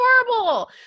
adorable